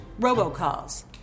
robocalls